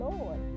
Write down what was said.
Lord